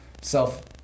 self